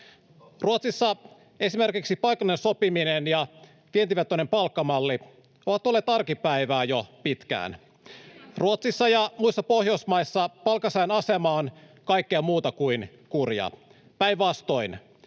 Ruotsissa esimerkiksi paikallinen sopiminen ja vientivetoinen palkkamalli ovat olleet arkipäivää jo pitkään. [Niina Malmin välihuuto] Ruotsissa ja muissa Pohjoismaissa palkansaajan asema on kaikkea muuta kuin kurja, päinvastoin: